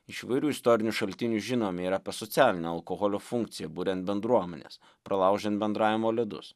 iš įvairių istorinių šaltinių žinome ir apie socialinę alkoholio funkciją buriant bendruomenes pralaužiant bendravimo ledus